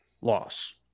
loss